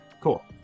Cool